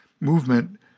movement